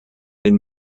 den